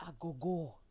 Agogo